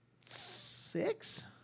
six